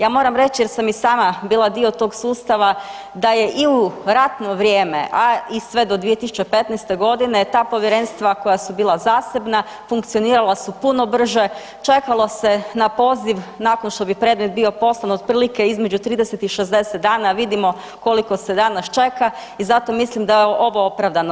Ja moram reć jer sam i sama bila dio tog sustava da je i u ratno vrijeme, a i sve do 2015.g. ta povjerenstva koja su bila zasebna funkcionirala su puno brže, čekalo se na poziv nakon što bi predmet bio poslan otprilike između 30 i 60 dana, vidimo koliko se danas čeka i zato mislim da je ovo opravdano.